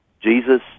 Jesus